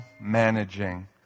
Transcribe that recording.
managing